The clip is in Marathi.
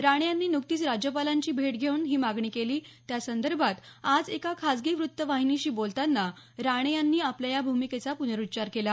राणे यांनी न्कतीच राज्यपालांची भेट घेऊन ही मागणी केली त्यासंदर्भात आज एका खासगी वृत्तवाहिनीशी बोलताना राणे यांनी आपल्या या भूमिकेचा प्नरुच्चार केला